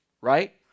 right